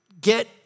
get